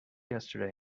yesterday